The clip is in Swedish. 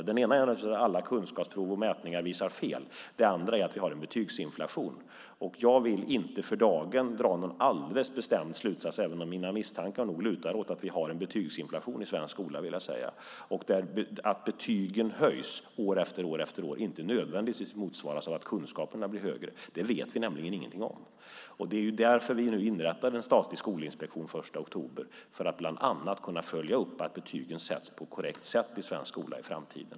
Den ena är naturligtvis att alla kunskapsprov och mätningar visar fel. Den andra är att vi har en betygsinflation. Och jag vill inte för dagen dra någon alldeles bestämd slutsats, även om mina misstankar nog lutar åt att vi har en betygsinflation i svensk skola, vill jag säga. Att betygen höjs år efter år behöver inte nödvändigtvis motsvaras av att kunskaperna blir större. Det vet vi nämligen ingenting om. Vi inrättar nu en statlig skolinspektion den 1 oktober för att bland annat kunna följa upp att betygen sätts på ett korrekt sätt i svensk skola i framtiden.